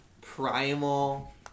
primal